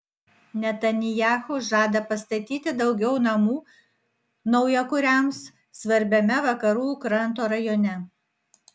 netanyahu žada pastatyti daugiau namų naujakuriams svarbiame vakarų kranto rajone